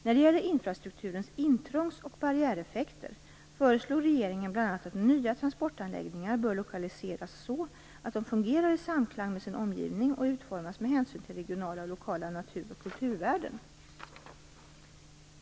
När det gäller infrastrukturens intrångs och barriäreffekter föreslog regeringen bl.a. att nya transportanläggningar bör lokaliseras så att de fungerar i samklang med sin omgivning och utformas med hänsyn till regionala och lokala natur och kulturvärden.